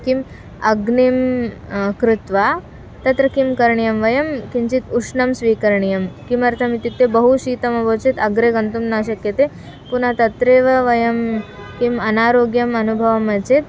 किम् अग्निं कृत्वा तत्र किं करणीयं वयं किञ्चित् उष्णं स्वीकरणीयं किमर्थम् इत्युक्ते बहु शीतमभवत् चेत् अग्रे गन्तुं न शक्यते पुनः तत्रैव वयं किम् अनारोग्यम् अनुभवामः चेत्